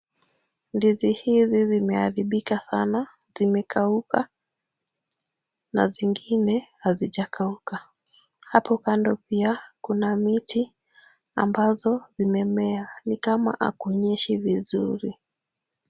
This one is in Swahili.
Ndizi hizi zimeharibika sana, zimekauka na zingine hazijakauka. Hapo kando pia kuna miti ambazo zimemea. Ni kama hakunyeshi vizuri.